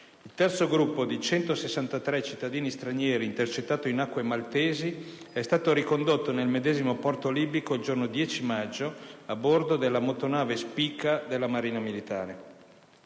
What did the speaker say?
Il terzo gruppo, di 163 cittadini stranieri, intercettati in acque maltesi, è stato ricondotto nel medesimo porto libico il giorno 10 maggio a bordo della motonave Spica della Marina militare.